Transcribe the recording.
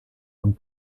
und